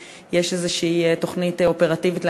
יש איזושהי תוכנית אופרטיבית לעניין?